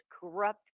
corrupt